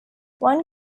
one